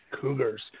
Cougars